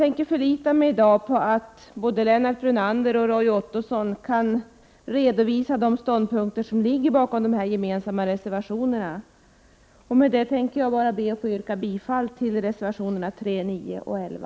Jag förlitar mig i dag på att Lennart Brunander och Roy Ottosson redovisar de ståndpunkter som ligger bakom våra gemensamma reservationer. Med detta yrkar jag bifall till reservationerna 3, 9 och 11.